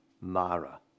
Mara